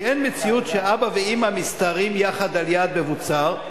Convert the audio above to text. כי אין מציאות שאבא ואמא מסתערים יחד על יעד מבוצר.